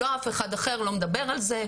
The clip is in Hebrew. לא אף אחד אחר לא מדבר על זה,